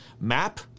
Map